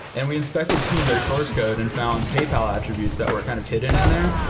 and we inspected some of their source code and found paypal attributes that were kind of hidden in there.